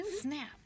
Snap